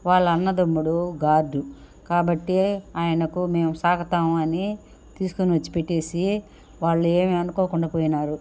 వాళ్ళ అన్నదమ్ముడు గార్డ్ కాబట్టి ఆయనకు మేము సాకుతాము అని తీసుకొనివచ్చి పెట్టేసి వాళ్ళు ఏమీ అనుకోకుండా పోయినారు